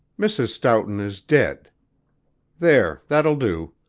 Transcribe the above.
mrs. stoughton is dead there! that will do.